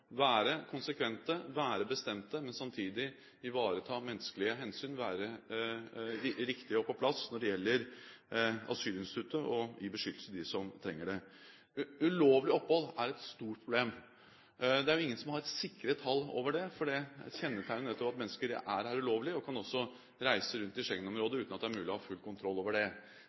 være konsekvente, være bestemte, men samtidig ivareta menneskelige hensyn, være riktige og på plass når det gjelder asylinstituttet, og gi beskyttelse til dem som trenger det. Ulovlig opphold er et stort problem. Det er ingen som har sikre tall på det, for det er kjennetegnet nettopp ved at mennesker er her ulovlig, og også kan reise rundt i Schengen-området uten at det er mulig å ha full kontroll over det.